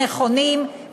נכונים,